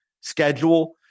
schedule